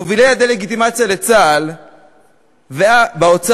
מובילי הדה-לגיטימציה לצה"ל באוצר,